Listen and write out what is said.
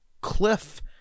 cliff